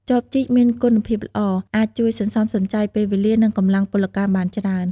ចបជីកមានគុណភាពល្អ អាចជួយសន្សំសំចៃពេលវេលា និងកម្លាំងពលកម្មបានច្រើន។